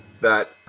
that-